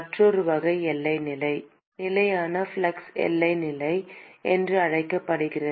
மற்றொரு வகை எல்லை நிலை நிலையான ஃப்ளக்ஸ் எல்லை நிலை என்று அழைக்கப்படுகிறது